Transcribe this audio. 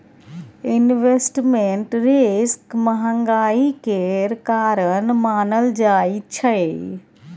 investment risk महंगाई केर कारण मानल जाइ छै